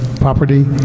property